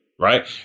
right